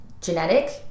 genetic